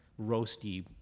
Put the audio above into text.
roasty